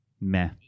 meh